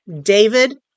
David